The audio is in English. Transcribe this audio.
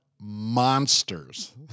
monsters